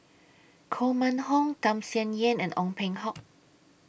Koh Mun Hong Tham Sien Yen and Ong Peng Hock